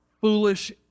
foolish